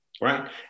right